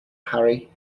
harry